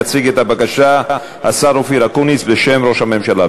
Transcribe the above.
יציג את הבקשה השר אופיר אקוניס, בשם ראש הממשלה.